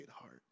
heart